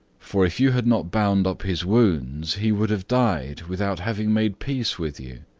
for if you had not bound up his wounds he would have died without having made peace with you.